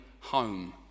home